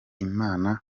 imana